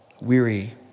weary